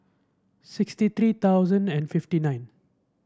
sixty three thousand and fifty nine